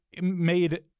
made